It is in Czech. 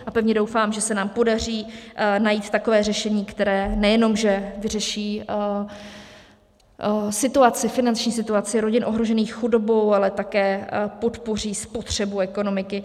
A pevně doufám, že se nám podaří najít takové řešení, které nejenom že vyřeší finanční situaci rodin ohrožených chudobou, ale také podpoří spotřebu ekonomiky.